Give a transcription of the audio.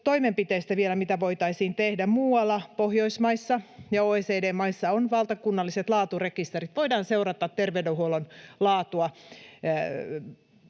toimenpiteistä, mitä voitaisiin tehdä. Muualla Pohjoismaissa ja OECD-maissa on valtakunnalliset laaturekisterit: voidaan seurata terveydenhuollon laatua.